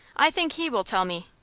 i think he will tell me.